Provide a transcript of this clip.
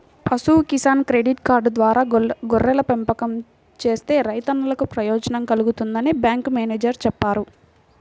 పశు Kisan credit card ద్వారా గొర్రెల పెంపకం చేసే రైతన్నలకు ప్రయోజనం కల్గుతుందని బ్యాంకు మేనేజేరు చెప్పారు